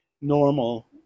normal